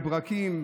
בברקים,